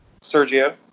Sergio